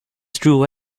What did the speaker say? true